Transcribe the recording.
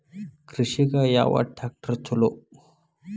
ಕೃಷಿಗ ಯಾವ ಟ್ರ್ಯಾಕ್ಟರ್ ಛಲೋ?